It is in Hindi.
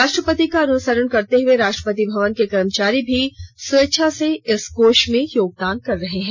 राष्ट्रपति का अनुसरण करते हुए राष्ट्रपति भवन के कर्मचारी भी स्वेच्छा से इस कोष में योगदान कर रहे हैं